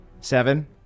Seven